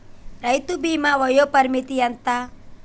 రైతు బీమా వయోపరిమితి ఎంత?